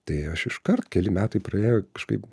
tai aš iškart keli metai praėjo kažkaip